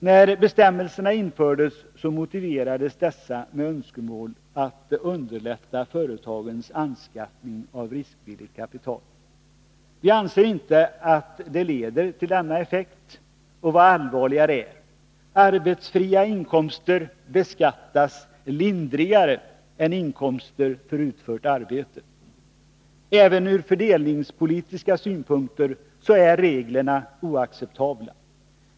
När bestämmelserna infördes motiverades dessa med önskemål om att underlätta företagens anskaffning av riskvilligt kapital. Vi anser inte att de leder till denna effekt. Och vad allvarligare är: arbetsfria inkomster beskattas lindrigare än inkomster för utfört arbete. Även ur fördelningspolitiska synpunkter är reglerna oacceptabla.